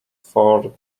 for